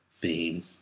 theme